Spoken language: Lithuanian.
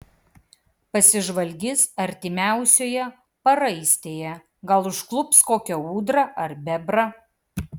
pasižvalgys artimiausioje paraistėje gal užklups kokią ūdrą ar bebrą